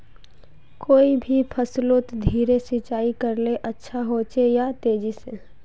कोई भी फसलोत धीरे सिंचाई करले अच्छा होचे या तेजी से?